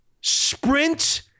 sprint